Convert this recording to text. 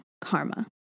karma